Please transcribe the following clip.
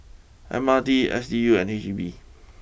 M R T S D U and H E B